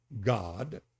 god